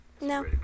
No